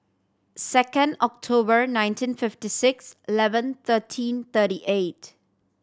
second October nineteen fifty six eleven thirteen thirty eight